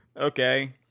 okay